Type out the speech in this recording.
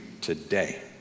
today